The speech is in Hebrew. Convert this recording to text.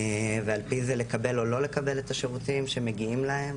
ועל פי זה לקבל או לא לקבל את השירותים שמגיעים להם.